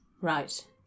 right